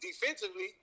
defensively